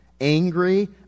angry